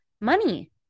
money